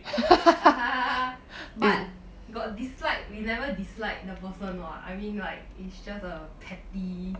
but got dislike we never dislike the person [what] I mean like it's just a petty